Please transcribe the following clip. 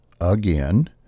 again